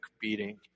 beating